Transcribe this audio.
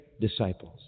disciples